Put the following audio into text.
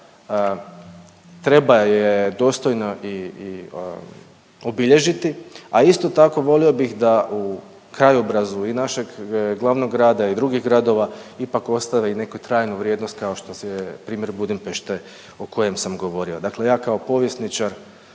treba je dostojno i obilježiti, a isto tako volio bih da u krajobrazu i našeg glavnog i drugih gradova ipak ostave i neku trajnu vrijednost kao što je primjer Budimpešte o kojem sam govorio. Dakle, ja kao povjesničar